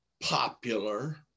popular